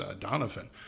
Donovan